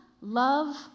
love